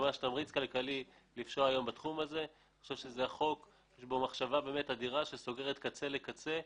אני חושב שבחוק הזה יש מחשבה שסוגרת קצה אל קצה,